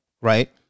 right